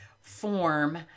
form